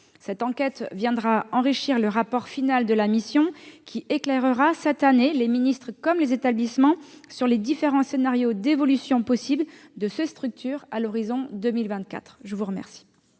Cette enquête viendra enrichir le rapport final de la mission, qui éclairera cette année les ministres, comme les établissements, sur les différents scénarios d'évolution possible de ces structures à l'horizon de 2024. La parole